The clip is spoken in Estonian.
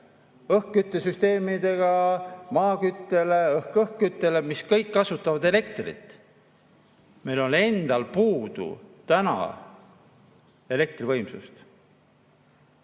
õhkküttesüsteemidega maaküttele, õhk-õhk-küttele, mis kõik kasutavad elektrit. Aga meil endal puudu täna elektrivõimsust.